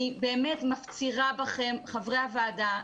אני מפצירה בכם חברי הוועדה,